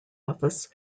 office